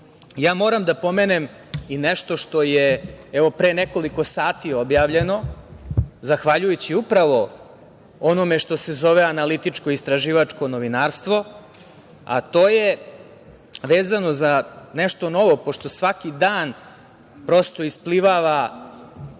da pomenem i nešto što je pre nekoliko sati objavljeno, zahvaljujući upravo onome što se zove analitičko istraživačko novinarstvo, a to je vezano za nešto novo pošto svaki dan prosto isplivava